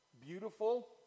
beautiful